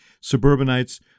suburbanites